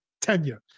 tenure